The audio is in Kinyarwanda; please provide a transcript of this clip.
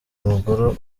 umugore